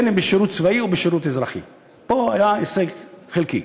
אם בשירות צבאי או בשירות אזרחי"; פה היה הישג חלקי.